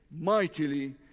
mightily